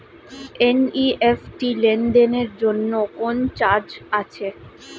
NEFT লেনদেনের জন্য কোন চার্জ আছে?